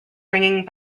bringing